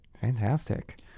Fantastic